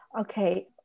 Okay